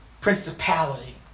principality